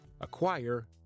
acquire